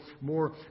more